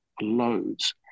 loads